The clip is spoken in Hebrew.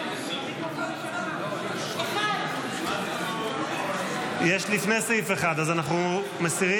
סעיף 1. יש לפני סעיף 1, אז אנחנו מסירים?